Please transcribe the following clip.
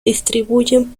distribuyen